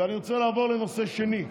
ואני רוצה לעבור לנושא שני.